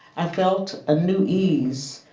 i felt a new ease,